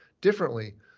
differently